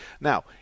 Now